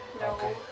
No